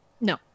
No